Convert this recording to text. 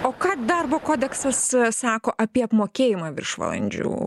o ką darbo kodeksas sako apie apmokėjimą viršvalandžių